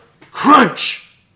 crunch